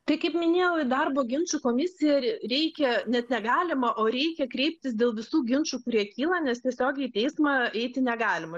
tai kaip minėjau į darbo ginčų komisiją reikia net negalima o reikia kreiptis dėl visų ginčų kurie kyla nes tiesiogiai į teismą eiti negalima